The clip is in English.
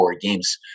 games